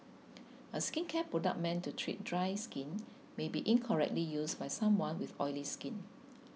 a skincare product meant to treat dry skin may be incorrectly used by someone with oily skin